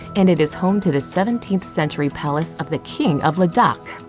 and it is home to the seventeenth century palace of the king of ladakh.